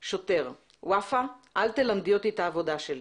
שוטר: " ופאא, אל תלמדי אותי את העבודה שלי."